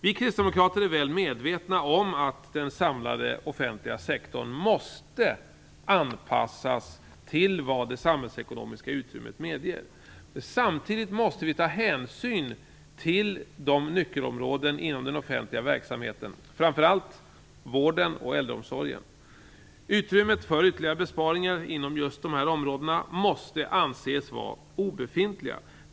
Vi kristdemokrater är mycket väl medvetna om att den samlade offentliga sektorn måste anpassas till vad det samhällsekonomiska utrymmet medger. Samtidigt måste vi ta hänsyn till nyckelområden inom den offentliga verksamheten - framför allt vården och äldreomsorgen. Utrymmet för ytterligare besparingar inom just dessa områden måste anses vara obefintligt.